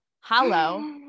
hello